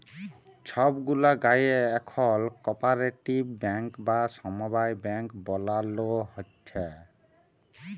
ছব গুলা গায়েঁ এখল কপারেটিভ ব্যাংক বা সমবায় ব্যাংক বালালো হ্যয়েছে